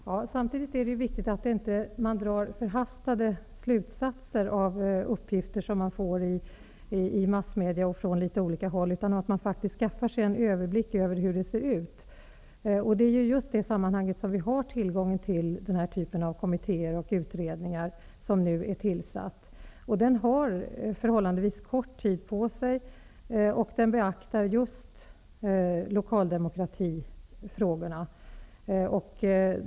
Herr talman! Det är samtidigt viktigt att man inte drar förhastade slutsatser av uppgifter som man får i massmedia och från litet olika håll utan att man faktiskt skaffar sig en överblick över hur det ser ut. I just detta sammanhang har vi tillgång till den typ av kommitté som nu är tillsatt. Den har förhållandevis kort tid på sig, och den beaktar just lokaldemokratifrågorna.